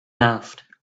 laughed